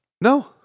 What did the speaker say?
No